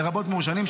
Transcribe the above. לרבות מעושנים,